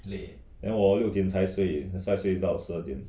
then 我六点才睡所以睡到十二点:wo liu dian cai shui suo yishui dao shi er dian